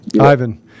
Ivan